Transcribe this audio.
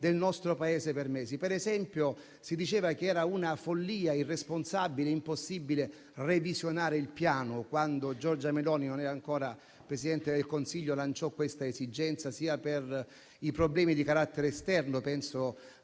del nostro Paese per mesi. Per esempio, si diceva che era una follia irresponsabile e impossibile revisionare il piano quando Giorgia Meloni, che non era ancora Presidente del Consiglio, lanciò questa esigenza sia per i problemi di carattere esterno (penso